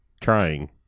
trying